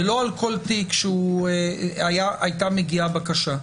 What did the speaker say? ולא על כל תיק הייתה מגיעה בקשה.